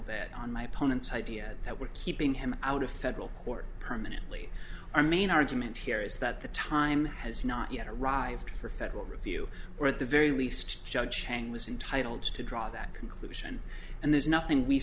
bit on my opponent's idea that we're keeping him out of federal court permanently our main argument here is that the time has not yet arrived for federal review or at the very least judge chang was intitled to draw that conclusion and there's nothing we